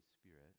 Spirit